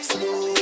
Slow